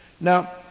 Now